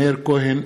מאיר כהן,